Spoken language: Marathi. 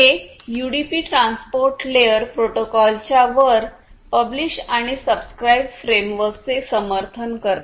हे यूडीपी ट्रान्सपोर्ट लेयर प्रोटोकॉलच्या वर पब्लिष आणि सबस्क्राईब फ्रेमवर्कचे समर्थन करते